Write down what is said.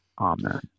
Amen